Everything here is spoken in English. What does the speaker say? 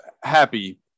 happy